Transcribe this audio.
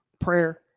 prayer